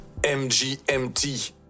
MGMT